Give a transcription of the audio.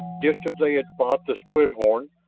just as they had fought the split horn,